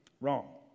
Wrong